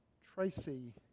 Tracy